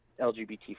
LGBT